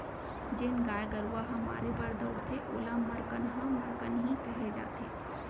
जेन गाय गरूवा ह मारे बर दउड़थे ओला मरकनहा मरकनही कहे जाथे